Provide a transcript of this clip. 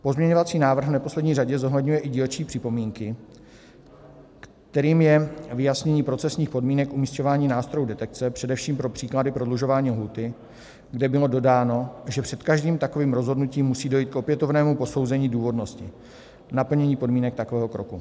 Pozměňovací návrh v neposlední řadě zohledňuje i dílčí připomínky, kterým je vyjasnění procesních podmínek umisťování nástrojů detekce, především pro příklady prodlužování lhůty, kde bylo dodáno, že před každým takovým rozhodnutím musí dojít k opětovnému posouzení důvodnosti naplnění podmínek takového kroku.